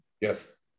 Yes